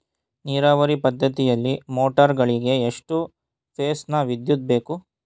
ನೀರಾವರಿ ಪದ್ಧತಿಯಲ್ಲಿ ಮೋಟಾರ್ ಗಳಿಗೆ ಎಷ್ಟು ಫೇಸ್ ನ ವಿದ್ಯುತ್ ಬೇಕು?